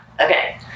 okay